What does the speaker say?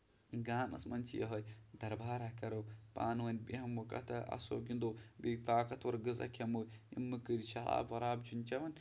گامَس منٛز چھُ یِہوے دربارا کَرو پانہٕ ؤنۍ بیہمو کتھا اسو گنٛدو بیٚیہِ طاقت ور غزا کھٮ۪مو یِم مٕکٕر شراب وراب چھِ نہٕ چٮ۪وان کیٚنٛہہ